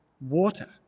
water